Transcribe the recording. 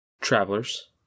travelers